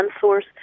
Source